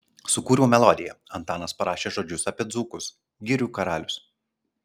sukūriau melodiją antanas parašė žodžius apie dzūkus girių karalius